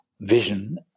vision